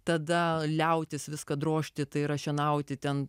tada liautis viską drožti tai yra šienauti ten